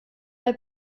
bei